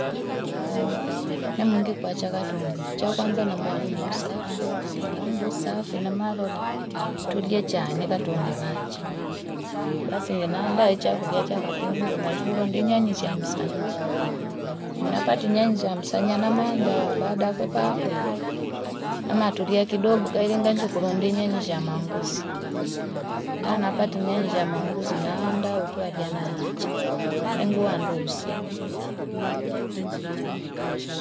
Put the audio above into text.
Namungikwachaga tundu chakwanza namaumu usafii ninaumbu safi na malola tulie chani nikatundonanche basi naanda ichakulia chakatondo nanjugula nde nyani chamsani nyapata nyanja msanya na mandaa baada na kwepaapo namatulia kidogo kairengachu kurondiyenyanya sha maanguzi, na alapati nyenja sha maanguzi naenda utoakiyanje enguwandu usiku.